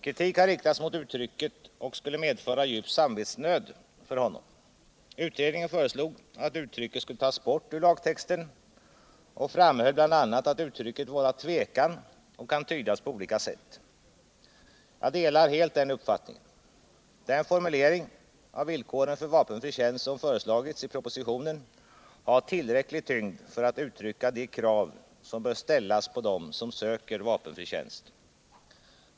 Kritik har riktats mot uttrycket ”och skulle medföra djup samvetsnöd för honom”. Utredningen föreslog att uttrycket skulle tas bort ur lagtexten och framhöll bl.a. att uttrycket vållar tvekan och kan tydas på olika sätt. Jag delar helt den uppfattningen. Den formulering av villkoren för vapenfri tjänst som föreslagits i propositionen har tillräcklig tyngd för att uttrycka de krav som bör ställas på den som söker vapenfri tjänst.